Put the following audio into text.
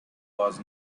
was